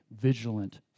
vigilant